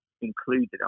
included